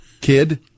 Kid